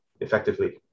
effectively